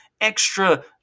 extra